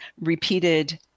repeated